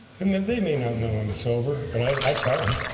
and then they may not know i'm the sober, but i tell them